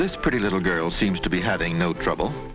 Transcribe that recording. this pretty little girl seems to be having no trouble